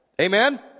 Amen